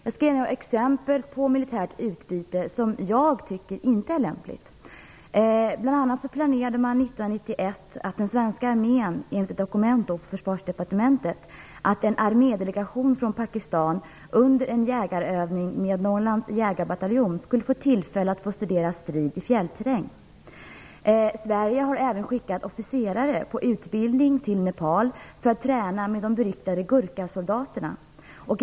Jag skall ge några exempel på militärt utbyte som jag inte tycker är lämpligt. Bl.a. planerades 1991, enligt ett dokument på Försvarsdepartementet, att en armédelegation från Pakistan under en jägarövning med Norrlands jägarbataljon skulle få tillfälle att studera strid i fjällterräng. Sverige har även skickat officerare på utbildning till Nepal för att träna med de beryktade gurkhasoldaterna.